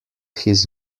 his